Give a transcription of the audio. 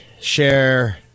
share